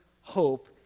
hope